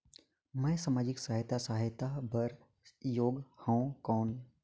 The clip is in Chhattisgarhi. मैं समाजिक सहायता सहायता बार मैं योग हवं कौन?